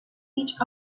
each